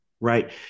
right